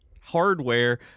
hardware